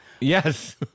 yes